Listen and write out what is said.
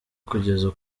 kugeza